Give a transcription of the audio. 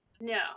no